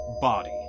body